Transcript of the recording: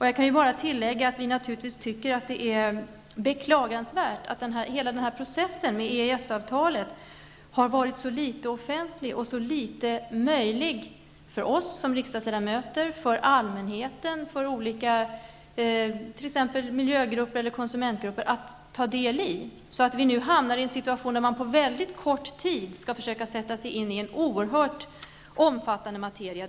Jag kan tillägga att vi naturligtvis tycker att det är beklagligt att hela den här processen med EES avtalet har varit så litet offentlig och så litet möjlig att ta del av för oss riksdagsledamöter, för allmänheten, för olika miljögrupper och konsumentgrupper. Vi hamnar nu i en situation som innebär att man på mycket kort tid skall försöka sätta sig in i en oerhört omfattande materia.